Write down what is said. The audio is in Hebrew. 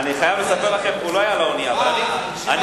אני חייב לספר לכם, הוא לא היה על האונייה, אני